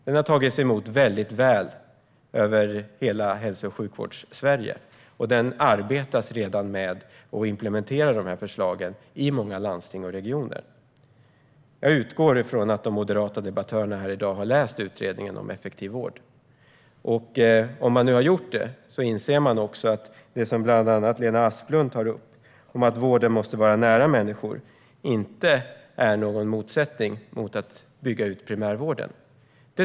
Den har tagits emot väldigt väl av hela Hälso och sjukvårdssverige. Man arbetar redan med att implementera förslagen i många landsting och regioner. Jag utgår från att de moderata debattörerna här i dag har läst utredningen om effektiv vård. Om man har gjort det inser man också att det som bland annat Lena Asplund tar upp, om att vården måste vara nära människor, inte innebär någon motsättning till att bygga ut primärvården.